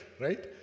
right